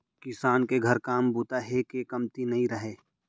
किसान के घर काम बूता हे के कमती नइ रहय